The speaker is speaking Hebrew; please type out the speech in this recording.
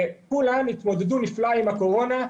כולן התמודדו נפלא עם הקורונה.